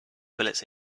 bullets